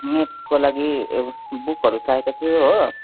नेटको लागि बुकहरू चाहिएको थियो हो